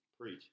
Preach